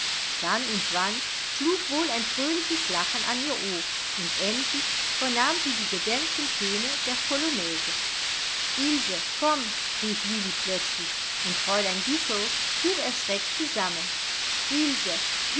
dann und wann schlug wohl ein fröhliches lachen an ihr ohr und endlich vernahm sie die gedämpften töne der polonaise ilse komm rief lilli plötzlich und fräulein güssow fuhr erschreckt zusammen